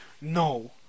No